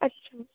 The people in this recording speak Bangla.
আচ্ছা